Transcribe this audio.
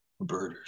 birders